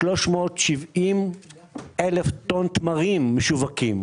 1,370,000 טון תמרים משווקים.